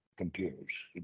computers